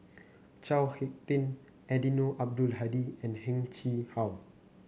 Chao HicK Tin Eddino Abdul Hadi and Heng Chee How